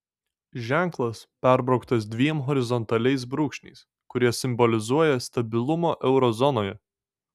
ženklas perbrauktas dviem horizontaliais brūkšniais kurie simbolizuoja stabilumą euro zonoje